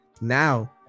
now